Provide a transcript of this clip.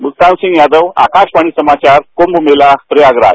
मुल्तान सिंह यादव आकाशवाणी समाचार कुंभ मेला प्रयागराज